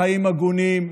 חיים הגונים,